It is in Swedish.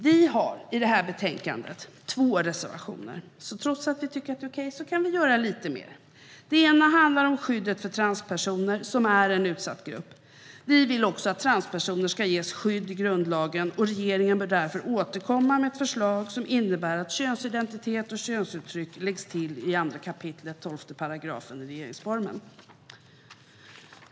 Vänsterpartiet har i detta betänkande två reservationer. Trots att vi tycker att situationen är okej kan det göras lite mer. Den ena reservationen handlar om skyddet för transpersoner, som är en utsatt grupp. Vi vill också att transpersoner ska ges skydd i grundlagen. Regeringen bör därför återkomma med ett förslag som innebär att könsidentitet och könsuttryck läggs till i 2 kap. 12 § regeringsformen.